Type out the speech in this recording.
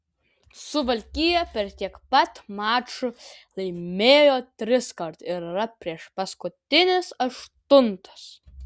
suvalkija per tiek pat mačų laimėjo triskart ir yra priešpaskutinis aštuntas